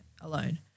alone